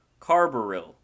carbaryl